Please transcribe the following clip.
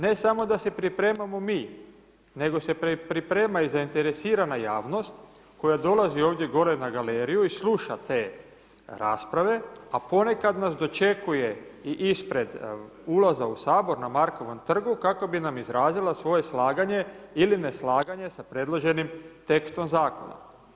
Ne samo da se pripremamo mi, nego se priprema i zainteresirana javnost koja dolazi ovdje gore na galeriju i sluša te rasprave, a ponekad nas dočekuje i ispred ulaza u Sabor na Markovom trgu kako bi nam izrazila svoje slaganje ili neslaganje sa predloženim tekstom zakona.